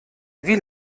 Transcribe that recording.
wie